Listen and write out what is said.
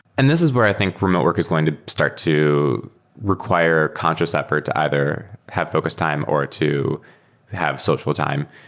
and this is where i think remote work is going to start to require conscious effort to either have focus time or to have social time.